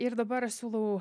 ir dabar aš siūlau